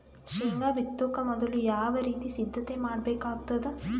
ಶೇಂಗಾ ಬಿತ್ತೊಕ ಮೊದಲು ಯಾವ ರೀತಿ ಸಿದ್ಧತೆ ಮಾಡ್ಬೇಕಾಗತದ?